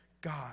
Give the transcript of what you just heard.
God